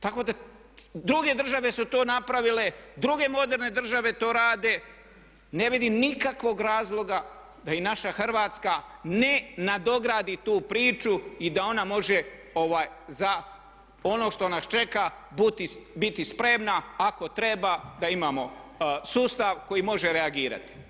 Tako da druge države su to napravile, druge moderne države to rade, ne vidim nikakvog razloga da i naša Hrvatska ne nadogradi tu priču i da ona može za ono što nas čeka biti spremna ako treba da imamo sustav koji može reagirati.